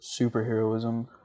superheroism